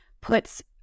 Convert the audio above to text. puts